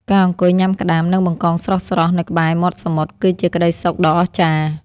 ការអង្គុយញ៉ាំក្ដាម និងបង្កងស្រស់ៗនៅក្បែរមាត់សមុទ្រគឺជាក្ដីសុខដ៏អស្ចារ្យ។